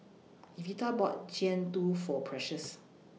Evita bought Jian Dui For Precious